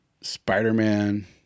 Spider-Man